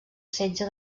setge